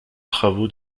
travaux